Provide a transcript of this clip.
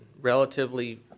relatively